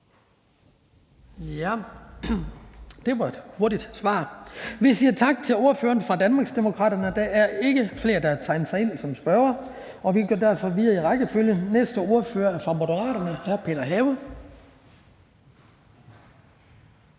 Det var et hurtigt svar. Vi siger tak til ordføreren fra Danmarksdemokraterne. Der er ikke flere, der har tegnet sig ind som spørgere. Vi går derfor videre i rækkefølgen. Næste ordfører er fra Moderaterne, og det